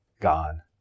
gone